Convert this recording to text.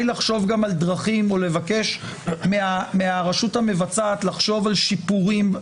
לחשוב גם על דרכים או לבקש מהרשות המבצעת לחשוב על שיפורים.